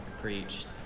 preached